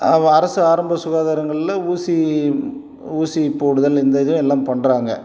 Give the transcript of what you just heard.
அரசு ஆரம்ப சுகாதாரங்கள்ல ஊசி ஊசி போடுதல் இந்த இதுவும் எல்லாம் பண்ணுறாங்க